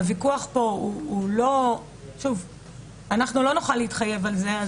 לא נוכל להתחייב על זה.